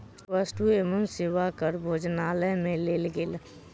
वस्तु एवं सेवा कर भोजनालय में लेल गेल